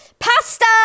PASTA